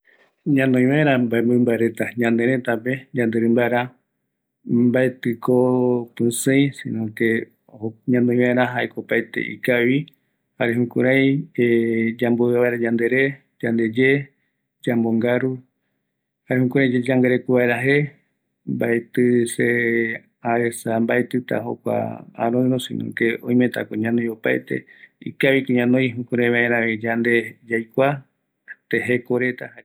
﻿Ñanoi vaera mbaemimba reta ñaneretape, yanderimbara, mbaetiko tusei, sino que ñanoi vaera jaeko opaete ikavi, jare jukurai yambovia vaera yandere, yandeye, yambongaru, jukurai yayangareko vaera je, mbaeti se aesa mbaetita jokua aroiro, sino que, oimetako ñanoi opaete, ikaviko ñanoi jukurai vaeravi yande yaikua te jeko reta